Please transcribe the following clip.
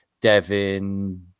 Devin